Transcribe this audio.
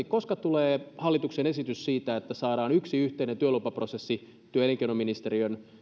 koska tulee hallituksen esitys siitä että saadaan yksi yhteinen työlupaprosessi työ ja elinkeinoministeriön